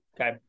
Okay